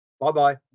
Bye-bye